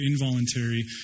involuntary